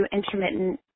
intermittent